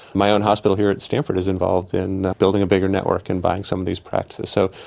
my own hospital here at stanford is involved in building a bigger network and buying some of these practices. so,